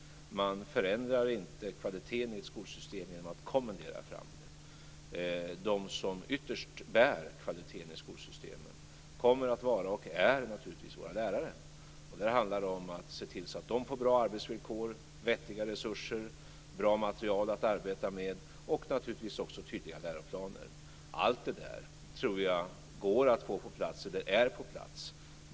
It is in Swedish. Man förändrar inte kvaliteten i ett skolsystem genom att kommendera fram det. De som ytterst bär kvaliteten i skolsystemet kommer att vara och är naturligtvis våra lärare. Där handlar det om att se till att de får bra arbetsvillkor, vettiga resurser, bra material att arbeta med och naturligtvis också tydliga läroplaner. Allt det där tror jag går att få på plats, och det är på plats.